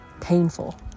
painful